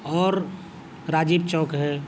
اور راجیو چوک ہے